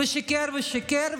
ושיקר ושיקר,